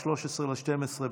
13 בדצמבר,